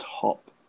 top